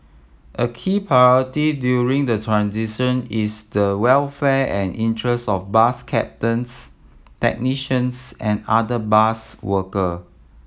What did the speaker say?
a key priority during the transition is the welfare and interest of bus captains technicians and other bus worker